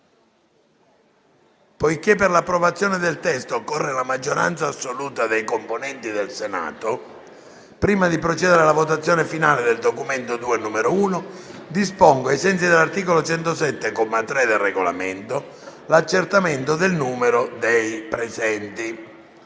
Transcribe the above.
poiché per l'approvazione del testo occorre la maggioranza assoluta dei componenti del Senato, prima di procedere alla votazione finale del documento II, n. 1, dispongo, ai sensi dell'articolo 107, comma 3, del Regolamento, l'accertamento del numero dei presenti.